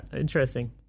interesting